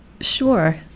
Sure